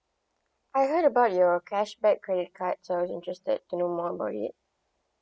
I heard about your cash back credit card so interested to know more about it